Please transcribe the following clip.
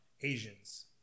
Asians